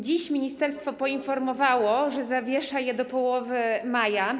Dziś ministerstwo poinformowało, że zawiesza je do połowy maja.